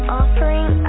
offering